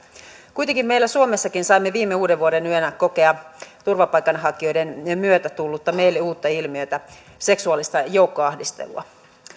kuitenkin meillä suomessakin saatiin viime uudenvuodenyönä kokea turvapaikanhakijoiden myötä tullutta meille uutta ilmiötä seksuaalista joukkoahdistelua